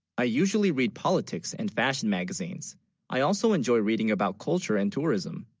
i usually, read politics and fashion magazines i also enjoy reading about culture and tourism